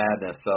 madness